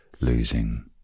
losing